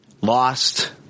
Lost